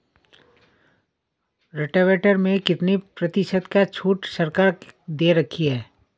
Rotavator में कितनी प्रतिशत का छूट सरकार दे रही है?